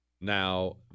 Now